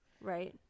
Right